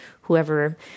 whoever